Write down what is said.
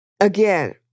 again